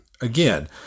Again